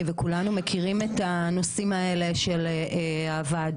וכולנו מכירים את הנושאים האלה של הוועדות.